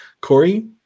Corey